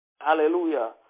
hallelujah